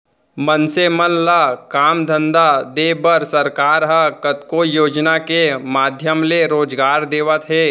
मनसे मन ल काम धंधा देय बर सरकार ह कतको योजना के माधियम ले रोजगार देवत हे